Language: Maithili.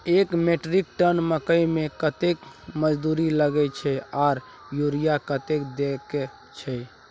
एक मेट्रिक टन मकई में कतेक मजदूरी लगे छै आर यूरिया कतेक देके छै?